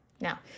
Now